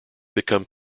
become